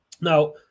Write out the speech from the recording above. Now